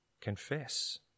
confess